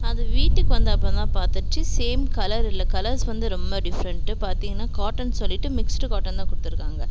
அது வீட்டுக்கு வந்த அப்புறந்தான் பார்த்துச்சி ஸேம் கலர் இல்லை கலர்ஸ் வந்து ரொம்ப டிஃப்ரெண்ட்டு பார்த்தீங்கன்னா காட்டன்னு சொல்லிவிட்டு மிக்ஸ்டு காட்டன் தான் கொடுத்துருக்காங்க